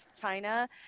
China